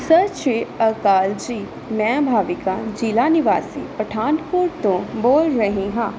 ਸਤਿ ਸ਼੍ਰੀ ਅਕਾਲ ਜੀ ਮੈਂ ਭਾਵੀਕਾ ਜ਼ਿਲ੍ਹਾ ਨਿਵਾਸੀ ਪਠਾਨਕੋਟ ਤੋਂ ਬੋਲ ਰਹੀ ਹਾਂ